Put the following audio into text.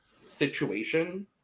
situation